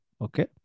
Okay